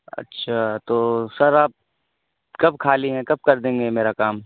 اچھا تو سر آپ کب خالی ہیں کب کر دیں گے میرا کام